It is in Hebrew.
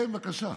כן, בבקשה.